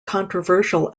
controversial